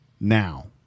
now